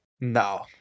No